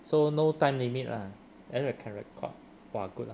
so no time limit lah and then re~ can record !wah! good lah